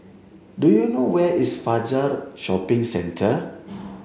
do you know where is Fajar Shopping Centre